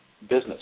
business